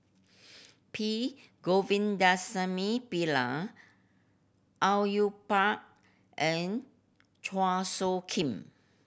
P Govindasamy Pillai Au Yue Pak and Chua Soo Khim